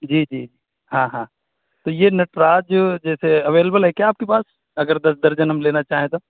جی جی ہاں ہاں تو یہ نٹراج جیسے اویلیبل ہے کیا آپ کے پاس اگر دس درجن ہم لینا چاہیں تو